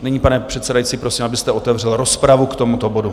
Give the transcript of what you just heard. Nyní, pane předsedající, prosím, abyste otevřel rozpravu k tomuto bodu.